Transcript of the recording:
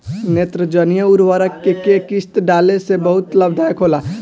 नेत्रजनीय उर्वरक के केय किस्त में डाले से बहुत लाभदायक होला?